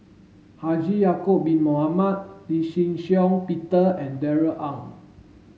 Haji Ya'acob bin Mohamed Lee Shih Shiong Peter and Darrell Ang